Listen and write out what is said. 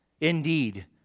indeed